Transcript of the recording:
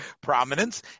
prominence